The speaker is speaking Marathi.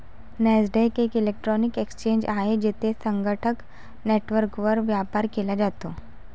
नॅसडॅक एक इलेक्ट्रॉनिक एक्सचेंज आहे, जेथे संगणक नेटवर्कवर व्यापार केला जातो